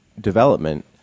development